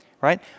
right